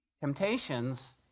temptations